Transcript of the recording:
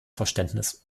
verständnis